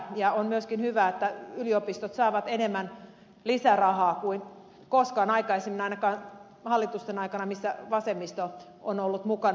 on myöskin hyvä että yliopistot saavat enemmän lisärahaa kuin koskaan aikaisemmin ainakaan niiden hallitusten aikana missä vasemmisto on ollut mukana